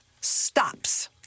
stops